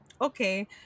Okay